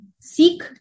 Seek